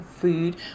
food